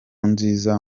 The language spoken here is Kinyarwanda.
nziza